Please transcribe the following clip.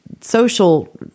social